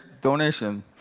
donation